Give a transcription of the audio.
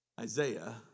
Isaiah